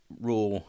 Raw